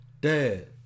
Dad